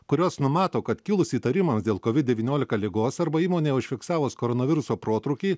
kurios numato kad kilus įtarimams dėl kovid devyniolika ligos arba įmonėje užfiksavus koronaviruso protrūkį